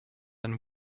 and